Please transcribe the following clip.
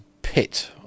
pit